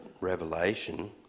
Revelation